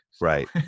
right